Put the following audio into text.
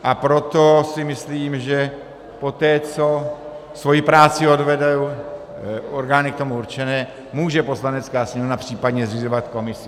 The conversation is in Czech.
A proto si myslím, že poté, co svoji práci odvedou orgány k tomu určené, může Poslanecká sněmovna případně zřizovat komisi.